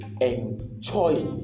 enjoy